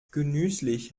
genüsslich